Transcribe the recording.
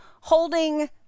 holding